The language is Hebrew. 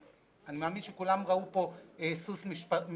אני מאמין שכולם ראו פה סוס משטרתי.